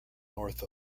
north